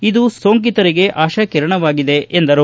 ಇದು ಸೋಂಕಿತರಿಗೆ ಆಶಾಕಿರಣವಾಗಿದೆ ಎಂದರು